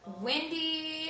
Wendy